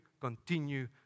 continue